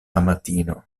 amatino